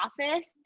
office